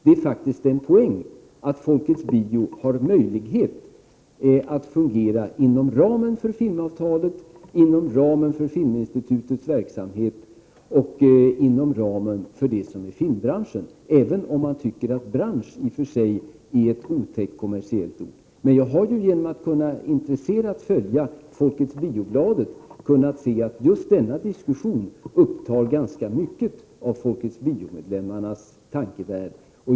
Det är faktiskt en poäng att Folkets Bio har möjlighet att fungera inom ramen för filmavtalet, inom ramen för Filminstitutets verksamhet och inom ramen för det som är filmbranschen, även om man tycker att ”bransch” i och för sig är ett otäckt, kommersiellt ord. Genom att med intresse följa Folkets Bio-bladet har jag kunnat notera att just denna diskussion upptar ganska mycket av Folkets Bio-medlemmarnas tankevärld.